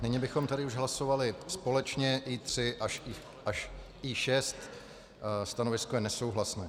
Nyní bychom tedy už hlasovali společně I3 až I6, stanovisko je nesouhlasné.